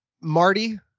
Marty